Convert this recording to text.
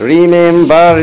Remember